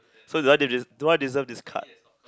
so do I de~ de~ do I deserve this card